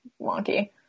wonky